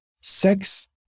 sex